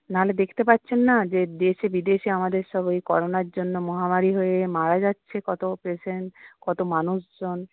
নাহলে দেখতে পাচ্ছেন না যে দেশে বিদেশে আমাদের সব এই করোনার জন্য মহামারি হয়ে মারা যাচ্ছে কত পেশেন্ট কত মানুষজন